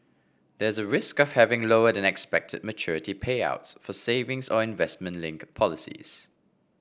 there is a risk of having lower than expected maturity payouts for savings or investment linked policies